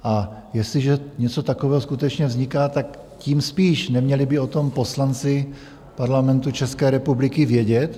A jestliže něco takového skutečně vzniká, tak tím spíš neměli by o tom poslanci Parlamentu České republiky vědět?